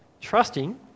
trusting